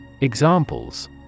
Examples